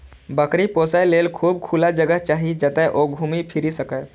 बकरी पोसय लेल खूब खुला जगह चाही, जतय ओ घूमि फीरि सकय